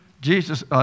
Jesus